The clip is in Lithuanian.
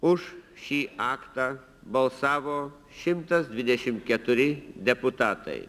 už šį aktą balsavo šimtas dvidešim keturi deputatai